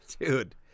Dude